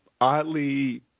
oddly